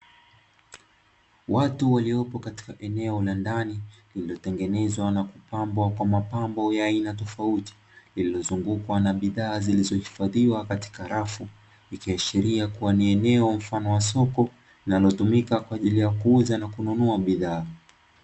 Watu waliopo katika eneo la ndani lililotengenezwa na kupambwa kwa mapambo ya aina tofauti, lililozungukwa na bidhaa zilizohifadhiwa katika rafu, likiashiria ni eneo mfano wa soko, linalotumika kwa ajili ya kuuza na kunua bidhaa.